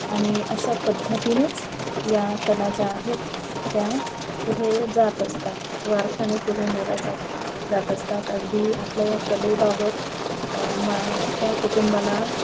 आणि अशा पद्धतीनेच या कला ज्या आहेत त्या पुढे जात असतात वारशाने पुढे नेला जात जात असतात अगदी आपल्या या कलेबाबत म त्या कुटुंबाला